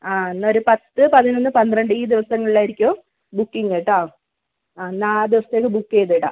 ആ എന്നാൽ ഒരു പത്ത് പതിനൊന്ന് പന്ത്രണ്ട് ഈ ദിവസങ്ങളിലായിരിക്കും ബുക്കിങ്ങ് കേട്ടോ എന്നാൽ ആ ദിവസത്തേക്ക് ബുക്ക് ചെയ്തിടാം